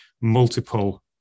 multiple